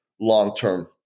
long-term